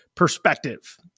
perspective